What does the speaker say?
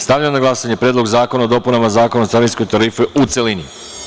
Stavljam na glasanje Predlog zakona o dopunama Zakona o carinskoj tarifi, u celini.